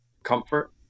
comfort